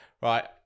right